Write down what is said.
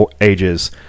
ages